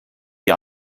die